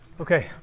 Okay